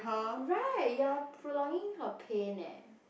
right you are prolonging her pain eh